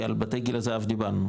כי על בתי גיל הזהב דיברנו,